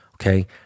Okay